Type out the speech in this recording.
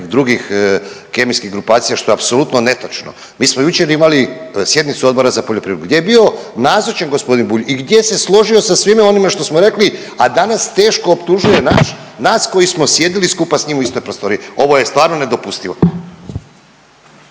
drugih kemijskih grupacija što je apsolutno netočno. Mi smo jučer imali sjednicu Odbora za poljoprivredu, gdje je bio nazočan gospodin Bulj i gdje se složio sa svime onime što smo rekli, a danas teško optužuje nas koji smo sjedili skupa sa njim u istoj prostoriji. Ovo je stvarno nedopustivo.